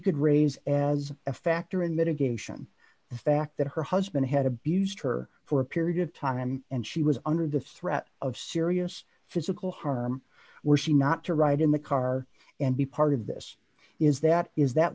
could raise as a factor in mitigation the fact that her husband had abused her for a period of time and she was under the threat of serious physical harm were she not to ride in the car and be part of this is that is that